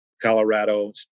Colorado